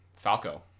Falco